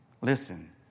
Listen